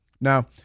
Now